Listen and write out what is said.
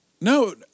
No